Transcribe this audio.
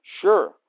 sure